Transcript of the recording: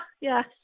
yes